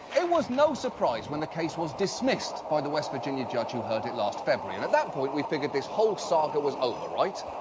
it was no surprise when the case was dismissed by the west virginia judge who heard it last february. now and at that point we figured this whole saga was over, right?